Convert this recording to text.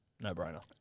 No-brainer